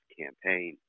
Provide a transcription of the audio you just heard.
campaign